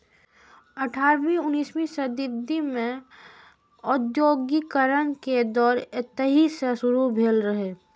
अठारहवीं उन्नसवीं सदी मे औद्योगिकीकरण के दौर एतहि सं शुरू भेल रहै